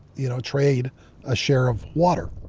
you know, trade a share of water?